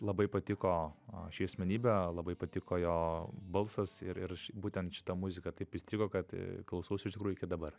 labai patiko ši asmenybė labai patiko jo balsas ir ir būtent šita muzika taip įstrigo kad klausaus iš tikrųjų iki dabar